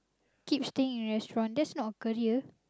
keep staying in restaurant that's not a career